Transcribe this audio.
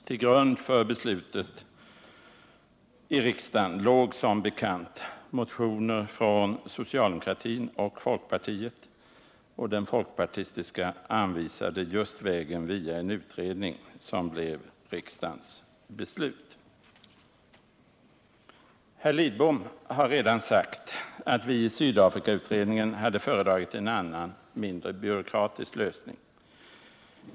Till grund för beslutet i riksdagen låg som bekant motioner från socialdemokratin och folkpartiet — den folkpartistiska motionen anvisade just vägen via en utredning, och detta blev riksdagens beslut. Herr Lidbom har redan sagt att vi i Sydafrikautredningen hade föredragit en annan, mindre byråkratisk lösning.